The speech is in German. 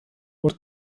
und